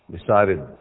Decided